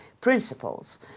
principles